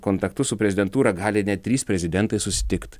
kontaktus su prezidentūra gali net trys prezidentai susitikt